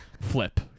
flip